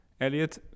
Elliot